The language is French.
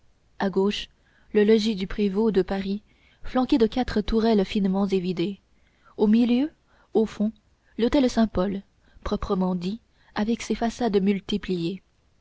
à gauche le logis du prévôt de paris flanqué de quatre tourelles finement évidées au milieu au fond l'hôtel saint-pol proprement dit avec ses façades multipliées